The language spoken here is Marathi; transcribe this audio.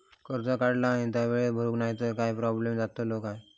कर्ज काढला आणि वेळेत भरुक नाय तर काय प्रोब्लेम जातलो काय?